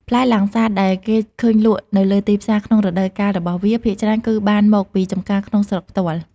ផ្លែលាំងសាតដែលគេឃើញលក់នៅលើទីផ្សារក្នុងរដូវកាលរបស់វា ភាគច្រើនគឺបានមកពីចម្ការក្នុងស្រុកផ្ទាល់។